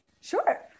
Sure